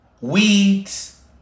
Weeds